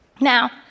Now